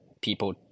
people